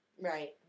Right